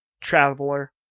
traveler